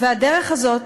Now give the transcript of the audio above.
והדרך הזאת